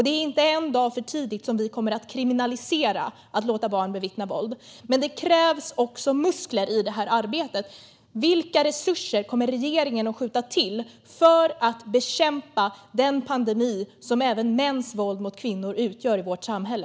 Det är inte en dag för tidigt som vi kommer att kriminalisera att låta barn bevittna våld. Men det krävs också muskler i det här arbetet. Vilka resurser kommer regeringen att skjuta till för att bekämpa den pandemi som mäns våld mot kvinnor utgör i vårt samhälle?